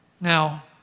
Now